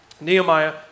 Nehemiah